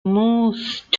most